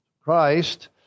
Christ